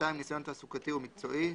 ניסיון תעסוקתי ומקצועי,